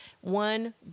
One